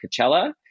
Coachella